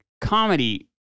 comedy